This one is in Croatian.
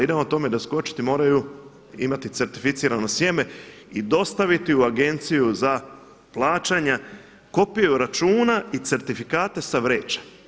Idemo tome doskočiti, moraju imati certificirano sjeme i dostaviti u Agenciju za plaćanja kopiju računa i certifikate sa vreća.